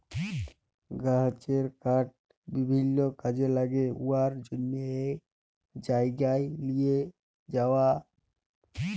গাহাচের কাঠ বিভিল্ল্য কাজে ল্যাগে উয়ার জ্যনহে জায়গায় লিঁয়ে যাউয়া